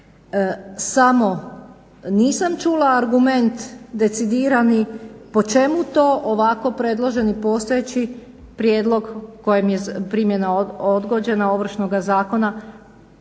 Samo nisam čula argument decidirani po čemu to ovako predloženi postojeći prijedlog kojem je primjena odgođena Ovršnoga zakona,